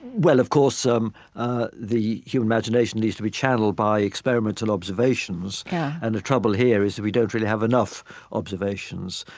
well of course, um ah the human imagination needs to be channeled by experimental observations yeah and the trouble here is we don't really have enough observations.